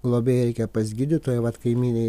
globėjai reikia pas gydytoją vat kaimynei